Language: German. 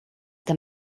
der